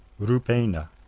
rupena